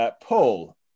Paul